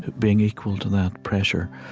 being equal to that pressure.